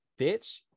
bitch